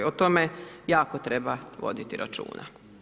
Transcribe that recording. O tome jako treba voditi računa.